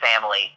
family